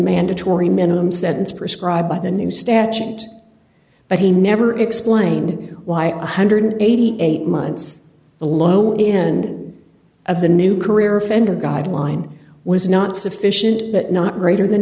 mandatory minimum sentence prescribed by the new statute but he never explained why on one hundred and eighty eight months the low end of the new career offender guideline was not sufficient but not greater than